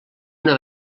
una